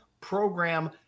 program